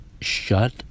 shut